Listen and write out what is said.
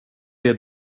det